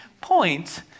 point